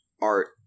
art